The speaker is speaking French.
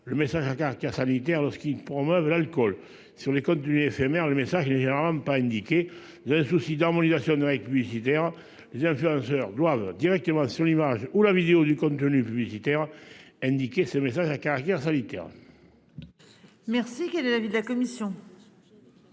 le message à caractère sanitaire lorsqu'ils promeuvent l'alcool sur les côtes du SMR le message. Pas indiqué, dans un souci d'harmonisation règles lui sidère les influenceurs doivent directement sur l'image ou la vidéo du contenu publicitaire. Indiqué ce message à caractère sanitaire. Merci qui. De l'avis de la commission.